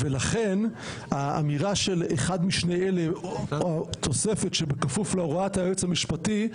לכן האמירה של 'אחד משני אלה' ותוספת של 'בכפוף להוראת היועץ המשפטי',